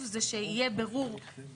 סעיף 158נא לחוק,